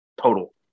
total